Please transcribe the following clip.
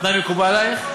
התנאי מקובל עלייך?